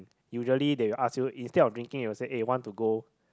usually they will ask you instead of drinking they will say eh want to go